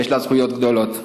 ויש לה זכויות גדולות.